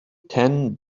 ten